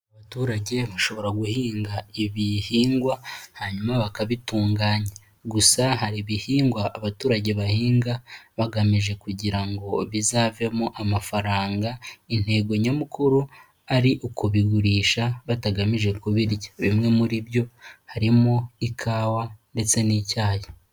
Abaturage bashobora guhinga ibihingwa hanyuma bakabitunganya. Gusa hari ibihingwa abaturage bahinga bagamije kugira ngo bizavemo amafaranga, intego nyamukuru ari ukubigurisha batagamije kubirya. Bimwe muri byo harimo ikawa ndetse n'icyayi.